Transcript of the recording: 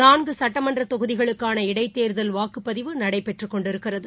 நான்குசட்டமன்றதொகுதிகளுக்கான இடைத்தேர்தல் வாக்குப்பதிவு நடைபெற்றுகொண்டிருக்கிறது